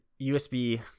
USB